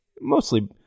mostly